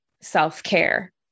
self-care